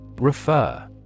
Refer